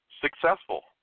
successful